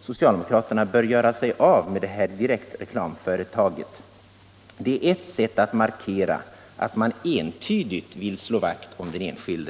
socialdemokraterna bör göra sig av med sitt direktreklamföretag, och det är ett sätt att markera att man entydigt vill slå vakt om den enskilde.